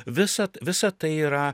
visa visa tai yra